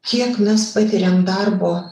kiek mes patiriam darbo